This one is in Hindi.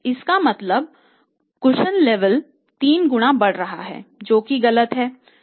इसका मतलब कुशन लेवल 3 गुना बढ़ रहा है जो कि गलत है